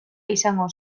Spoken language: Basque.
izango